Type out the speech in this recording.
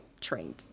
trained